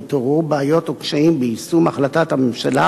יתעוררו בעיות או קשיים ביישום החלטת הממשלה,